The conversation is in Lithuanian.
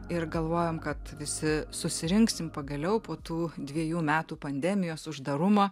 ir galvojam kad visi susirinksim pagaliau po tų dviejų metų pandemijos uždarumo